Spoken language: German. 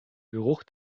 geruch